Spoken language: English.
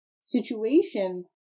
situation